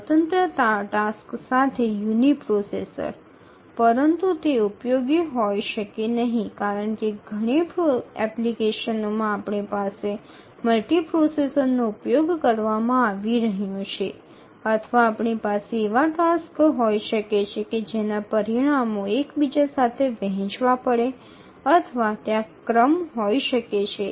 સ્વતંત્ર ટાસક્સ સાથે યુનિપ્રોસેસર પરંતુ તે ઉપયોગી હોઈ શકે નહીં કારણ કે ઘણી એપ્લિકેશનોમાં આપણી પાસે મલ્ટિપ્રોસેસરનો ઉપયોગ કરવામાં આવી રહ્યો છે અથવા આપણી પાસે એવા ટાસક્સ હોઈ શકે છે જેનાં પરિણામો એકબીજા સાથે વહેંચવા પડે અથવા ત્યાં ક્રમ હોઈ શકે છે